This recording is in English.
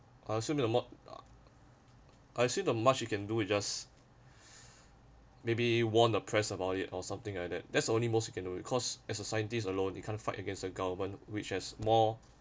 I assume the mo~ I assume the much you can do is just maybe warn the press about it or something like that that's the only most you can do because as a scientist alone you can't fight against a government which has more